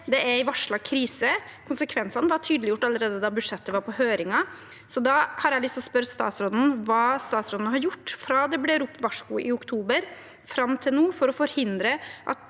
er en varslet krise. Konsekvensene var tydeliggjort allerede da budsjettet var på høring. Da har jeg lyst til å spørre statsråden: Hva har hun gjort fra det ble ropt varsko i oktober, og fram til nå for å forhindre at